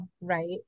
right